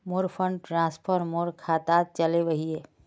मोर fund transfer मोर खातात चले वहिये